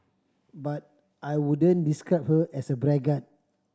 but I wouldn't describe her as a braggart